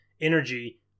energy